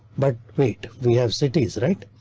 but wait, we have cities, right?